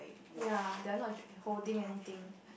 ya they are not holding anything